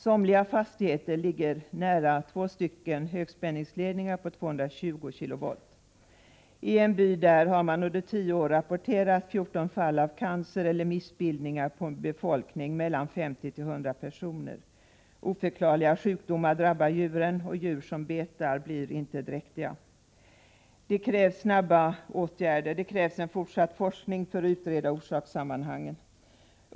Somliga fastigheter ligger nära två högspänningsledningar på 220 kV. I en by har man under tio år rapporterat 14 fall av cancer eller missbildningar hos en befolkning på 50-100 personer. Oförklarliga sjukdomar drabbar djuren i området, och djur som betar där blir inte dräktiga. Åtgärder måste snarast vidtas. Det krävs en fortsatt forskning för att utreda orsakssammanhangen.